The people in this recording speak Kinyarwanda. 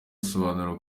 asobanura